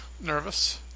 nervous